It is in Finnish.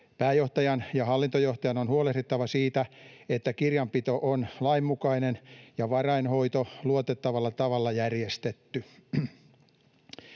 Pääjohtajan ja hallintojohtajan on huolehdittava siitä, että kirjanpito on lainmukainen ja varainhoito luotettavalla tavalla järjestetty.